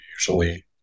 usually